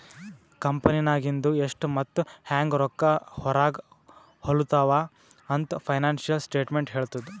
ಕಂಪೆನಿನಾಗಿಂದು ಎಷ್ಟ್ ಮತ್ತ ಹ್ಯಾಂಗ್ ರೊಕ್ಕಾ ಹೊರಾಗ ಹೊಲುತಾವ ಅಂತ್ ಫೈನಾನ್ಸಿಯಲ್ ಸ್ಟೇಟ್ಮೆಂಟ್ ಹೆಳ್ತುದ್